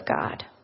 God